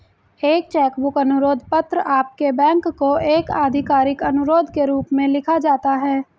एक cheque book अनुरोध पत्र आपके बैंक को एक आधिकारिक अनुरोध के रूप में लिखा जाता है